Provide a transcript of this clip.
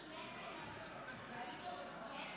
אושרה בקריאה טרומית ותעבור לדיון בוועדת